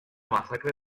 masacre